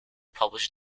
published